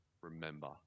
remember